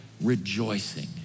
rejoicing